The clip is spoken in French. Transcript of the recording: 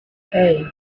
hey